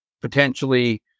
potentially